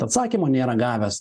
atsakymo nėra gavęs